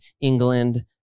England